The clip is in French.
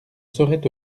saurait